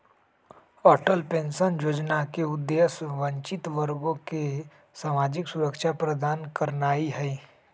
Atal pension जोजना के उद्देश्य वंचित वर्गों के सामाजिक सुरक्षा प्रदान करनाइ हइ